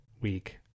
week